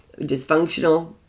dysfunctional